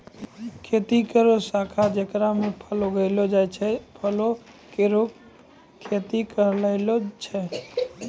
खेती केरो शाखा जेकरा म फल उगैलो जाय छै, फलो केरो खेती कहलाय छै